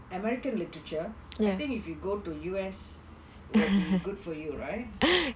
american literature I think if you go to U_S it will be good for you right